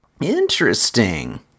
interesting